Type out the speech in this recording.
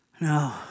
No